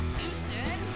Houston